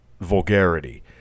vulgarity